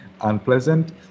unpleasant